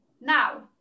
Now